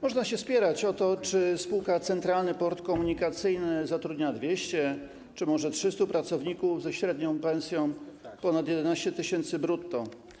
Można się spierać o to, czy spółka Centralny Port Komunikacyjny zatrudnia 200, czy może 300 pracowników ze średnią pensją wynoszącą ponad 11 tys. brutto.